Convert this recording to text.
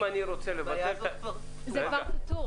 אם אני רוצה לבטל --- זה כבר מיותר